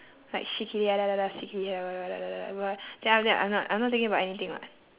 like then after that I'm not I'm not thinking about anything [what]